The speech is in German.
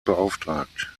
beauftragt